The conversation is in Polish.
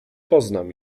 poznam